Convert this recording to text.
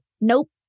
Nope